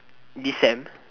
this sem